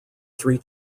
three